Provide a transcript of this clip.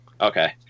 Okay